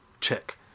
check